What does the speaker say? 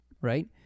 right